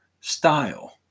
style